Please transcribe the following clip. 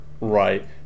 right